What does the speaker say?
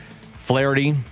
Flaherty